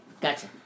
gotcha